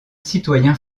citoyen